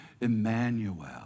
Emmanuel